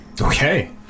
okay